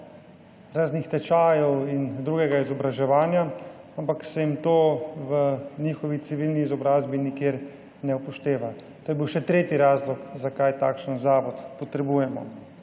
raznih tečajev in drugih izobraževanj, ampak se jim to v njihovi civilni izobrazbi nikjer ne upošteva. To je bil še tretji razlog, zakaj takšen zavod potrebujemo.